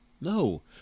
no